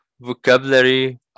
Vocabulary